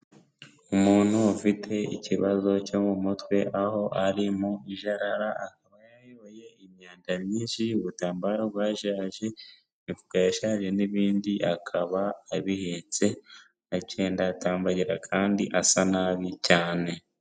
Umuntu ufite ikibazo cyo mu mutwe aho ari mu ijarara, akaba yayoye imyanda myinshi y'ubutambaro bwajeje, imifuka yashaje n'ibindi akaba abihetse, agenda atambagira kandi asa nabi cyane.